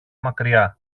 μακριά